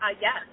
yes